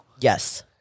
Yes